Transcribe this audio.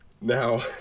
now